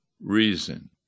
reason